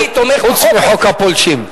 אני תומך, חוץ מחוק הפולשים.